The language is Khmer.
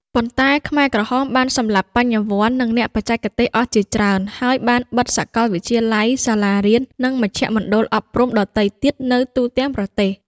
ប៉ុន្តែខ្មែរក្រហមបានសម្លាប់បញ្ញវន្តនិង អ្នកបច្ចេកទេសអស់ជាច្រើន ហើយបានបិទសាកលវិទ្យាល័យ សាលារៀន និងមជ្ឈមណ្ឌលអប់រំដទៃទៀតនៅទូទាំងប្រទេស ។